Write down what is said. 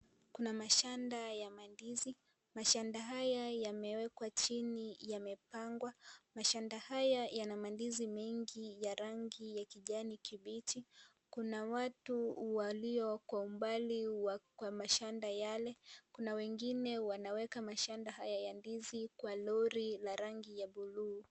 Kuna mashada ya mandizi. Mashada haya, yamewekwa chini yamepangwa. Mashada haya, yana mandizi mengi ya rangi ya kijani kibichi. Kuna watu walio kwa umbali kwa mashada yale. Kuna wengine, wanaweka mashada haya ya ndizi kwa lori la rangi ya buluu.